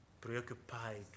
preoccupied